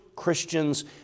Christians